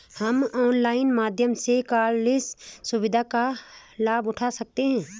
हम ऑनलाइन माध्यम से कॉर्डलेस सुविधा का लाभ उठा सकते हैं